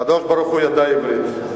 הקדוש-ברוך-הוא ידע עברית.